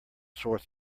sore